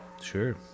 Sure